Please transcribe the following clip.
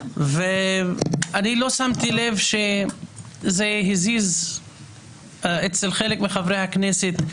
ואני לא שמתי לב שזה הזיז אצל חלק מחברי הכנסת.